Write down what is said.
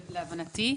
להבנתי,